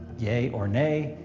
yay or nay.